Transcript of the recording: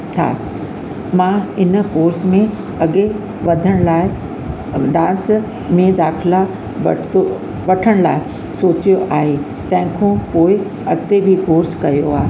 हा मां इन कोर्स में अॻे वधण लाइ डांस में दाखिला वरितो वठण लाइ सोचियो आहे तंहिंखां पोइ अॻिते बि कोर्स कयो आहे